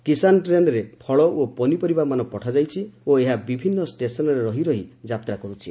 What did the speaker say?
କିଶାନ୍ ଟ୍ରେନ୍ରେ ଫଳ ଓ ପନିପରିବାମାନ ପଠାଯାଇଛି ଓ ଏହା ବିଭିନ୍ନ ଷ୍ଟେସନ୍ରେ ରହି ରହି ଯାତ୍ରା କରୁଛି